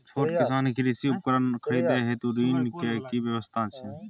छोट किसान के कृषि उपकरण खरीदय हेतु ऋण के की व्यवस्था छै?